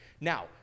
Now